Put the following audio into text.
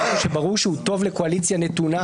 כשברור שהוא טוב לקואליציה נתונה